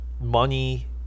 money